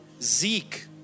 Zeke